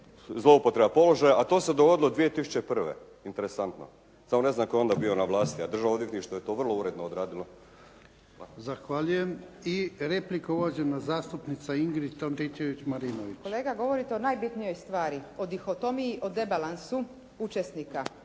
zloupotreba položaja. A to se dogodilo 2001., interesantno. Samo ne znam tko je onda bio na vlasti, a državno odvjetništvo je to vrlo uredno odradilo.